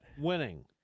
Winning